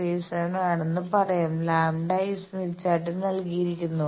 37 ആണെന്ന് പറയാം λ ഈ സ്മിത്ത് ചാർട്ടിൽ നൽകിയിരിക്കുന്നു